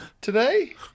today